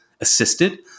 assisted